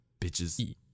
bitches